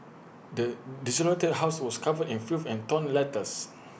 the desolated house was covered in filth and torn letters